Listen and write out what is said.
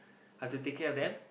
I have to take care of them